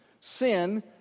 sin